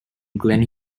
glen